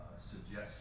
suggestion